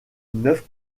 neuf